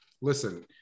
listen